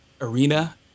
arena